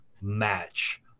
match